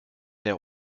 der